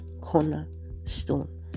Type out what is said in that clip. cornerstone